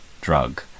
drug